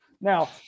Now